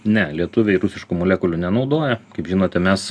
ne lietuviai rusiškų molekulių nenaudoja kaip žinote mes